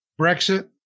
Brexit